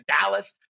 Dallas